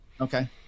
okay